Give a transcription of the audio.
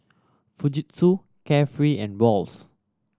Fujitsu Carefree and Wall's